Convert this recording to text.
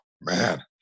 man